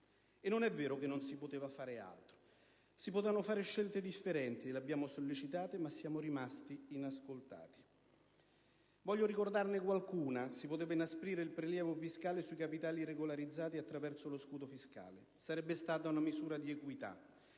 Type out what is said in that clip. E non è vero che non si poteva fare altro, si potevano fare scelte differenti: le abbiamo sollecitate, ma siamo rimasti inascoltati. Voglio ricordarne qualcuna. Si poteva inasprire il prelievo fiscale sui capitali regolarizzati attraverso lo scudo fiscale: sarebbe stata una misura di equità.